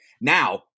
Now